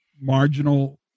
marginal